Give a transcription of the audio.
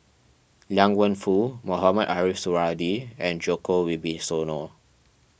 Liang Wenfu Mohamed Ariff Suradi and Djoko Wibisono